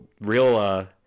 real